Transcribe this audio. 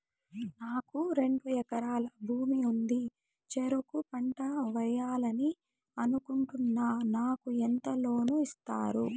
నాకు రెండు ఎకరాల భూమి ఉంది, చెరుకు పంట వేయాలని అనుకుంటున్నా, నాకు ఎంత లోను ఇస్తారు?